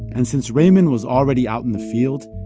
and since raymond was already out in the field,